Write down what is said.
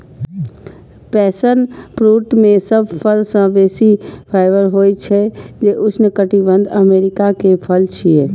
passion fruit मे सब फल सं बेसी फाइबर होइ छै, जे उष्णकटिबंधीय अमेरिका के फल छियै